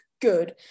good